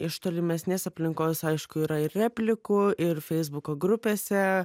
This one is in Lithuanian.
iš tolimesnės aplinkos aišku yra ir replikų ir feisbuko grupėse